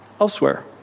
elsewhere